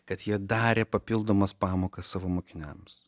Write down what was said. kad jie darė papildomas pamokas savo mokiniams